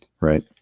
right